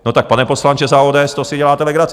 No tak, pane poslanče za ODS, to si děláte legraci!